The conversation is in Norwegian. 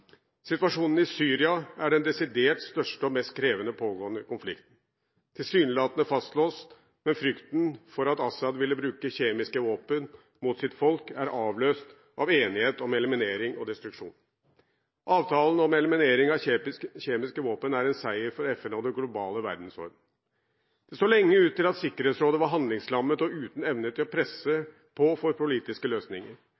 Situasjonen i Syria er den desidert største og mest krevende pågående konflikten. Den er tilsynelatende fastlåst, men frykten for at Assad ville bruke kjemiske våpen mot sitt folk, er avløst av enighet om eliminering og destruksjon. Avtalen om eliminering av kjemiske våpen er en seier for FN og den globale verdensorden. Det så lenge ut til at Sikkerhetsrådet var handlingslammet og uten evne til å